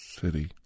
city